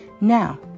Now